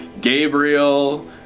Gabriel